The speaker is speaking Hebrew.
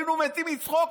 היינו מתים פה מצחוק.